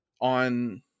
on